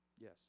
Yes